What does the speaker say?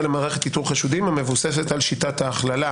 למערכה איתור חשודים המבוססת על "שיטה ההכללה"